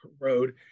road